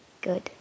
good